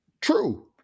True